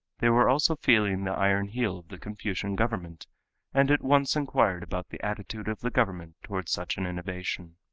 they were also feeling the iron heel of the confucian government and at once inquired about the attitude of the government toward such an innovation.